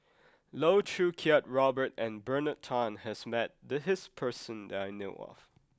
Loh Choo Kiat Robert and Bernard Tan has met this person that I know of